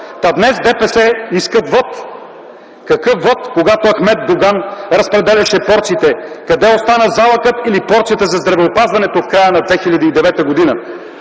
Днес ДПС искат вот. Какъв вот, когато Ахмед Доган разпределяше порциите? Къде остана залъкът или порцията за здравеопазването в края на 2009 г.?